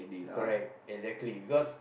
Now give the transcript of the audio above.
correct exactly because